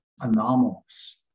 anomalous